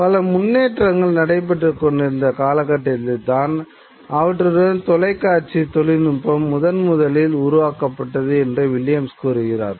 பல முன்னேற்றங்கள் நடைபெற்றுக் கொண்டிருந்த காலகட்டத்தில்தான் அவற்றுடன் தொலைக்காட்சி தொழில்நுட்பம் முதன்முதலில் உருவாக்கப்பட்டது என்று வில்லியம்ஸ் கூறுகிறார்